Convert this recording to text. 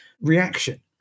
reaction